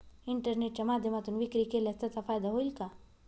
इंटरनेटच्या माध्यमातून विक्री केल्यास त्याचा फायदा होईल का?